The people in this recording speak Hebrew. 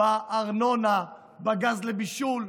בארנונה, בגז לבישול,